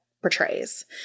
portrays